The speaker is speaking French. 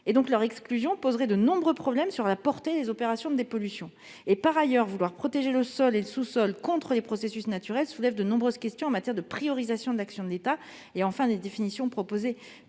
leur exclusion poserait de nombreux problèmes quant à la portée des opérations de dépollution. Par ailleurs, la volonté de protéger le sol et le sous-sol contre les processus naturels soulève de nombreuses questions en matière de priorisation de l'action de l'État. Enfin, les définitions proposées